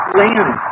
land